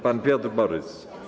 Pan Piotr Borys.